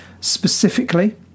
specifically